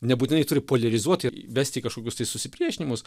nebūtinai turi poliarizuot vest į kokius tai susipriešinimus